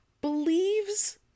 believes